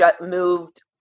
moved